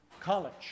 college